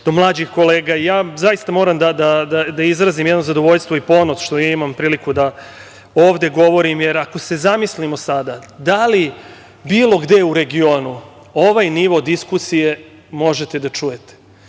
do mlađih kolega. Ja zaista moram da izrazim jedno zadovoljstvo i ponos što imam priliku da ovde govorim, jer ako se zamislimo sada, da li bilo gde u regionu ovaj nivo diskusije možete da čujete. Mi